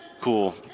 cool